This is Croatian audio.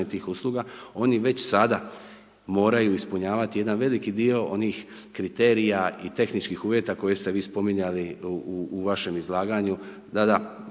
tih usluga ono već sada moraju ispunjavati jedan veliki dio onih kriterija i tehničkih uvjeta koje ste vi spominjali u vašem izlaganju da, da